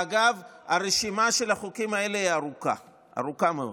ואגב, הרשימה של החוקים האלה היא ארוכה מאוד.